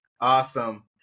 Awesome